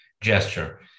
gesture